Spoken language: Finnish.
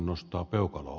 arvoisalle ed